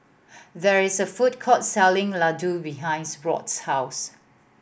there is a food court selling Ladoo behinds Rob's house